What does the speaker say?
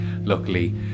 luckily